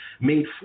made